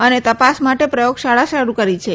અને તપાસ માટે પ્રયોગશાળા શરૂ કરી રહી છે